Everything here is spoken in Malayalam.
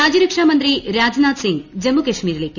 രാജ്യരക്ഷാമന്ത്രി രാജ്നാഥ്സിംഗ് ജ്മ്മുക്ശ്മീരിലേക്ക്